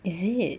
is it